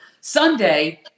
Sunday